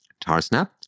Tarsnap